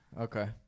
Okay